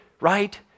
right